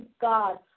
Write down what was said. God